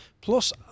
plus